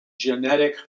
genetic